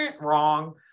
wrong